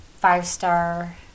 five-star